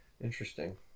Interesting